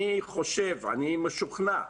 אני חושב, אני משוכנע,